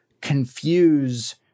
confuse